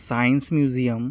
science museum